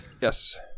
Yes